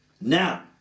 Now